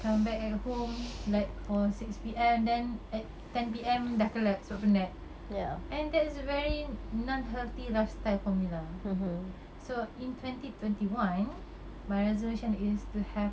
come back at home like for six P_M and then at ten P_M dah kelat sebab penat and that is very non healthy lifestyle for me lah so in twenty twenty one my resolution is to have